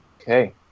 Okay